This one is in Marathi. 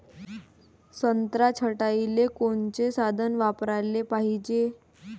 संत्रा छटाईले कोनचे साधन वापराले पाहिजे?